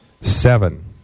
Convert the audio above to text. seven